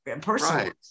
personally